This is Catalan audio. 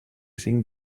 cinc